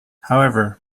however